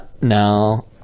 No